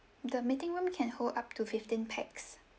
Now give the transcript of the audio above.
the meeting room can hold up to fifteen pax